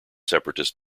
separatist